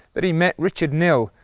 that he met richard knill,